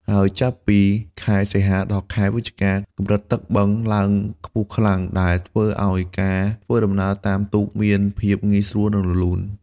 ហើយចាប់ពី ខែសីហា ដល់ ខែវិច្ឆិកា កម្រិតទឹកបឹងឡើងខ្ពស់ខ្លាំង ដែលធ្វើឲ្យការធ្វើដំណើរតាមទូកមានភាពងាយស្រួល និងរលូន។